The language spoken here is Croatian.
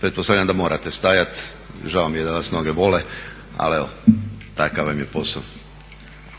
pretpostavljam da morate stajati, žao mi je da vas noge bole, ali evo takav vam je posao.